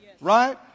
Right